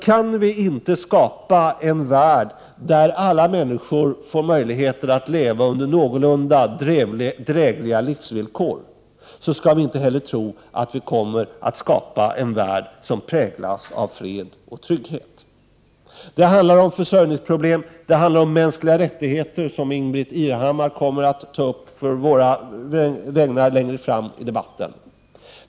Om vi inte kan skapa en värld, där alla människor får möjlighet att leva under någorlunda drägliga förhållanden, skall vi inte heller tro att vi kommer att kunna skapa en värld som präglas av fred och trygghet. Det handlar om försörjningsproblem. Det handlar om mänskliga rättigheter, som Ingbritt Irhammar kommer att ta upp på våra vägnar längre fram i debatten.